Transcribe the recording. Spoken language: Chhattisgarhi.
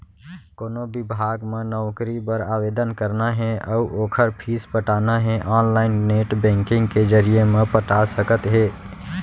कोनो बिभाग म नउकरी बर आवेदन करना हे अउ ओखर फीस पटाना हे ऑनलाईन नेट बैंकिंग के जरिए म पटा सकत हे